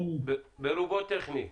ברובו זה טכני.